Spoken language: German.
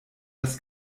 das